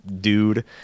dude